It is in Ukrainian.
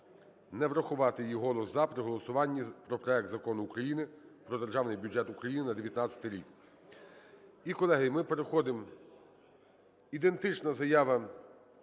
не врахувати її голосу "за" при голосуванні за проект Закону України про Державний бюджет України на 2019 рік. І, колеги, ми переходимо, ідентична заява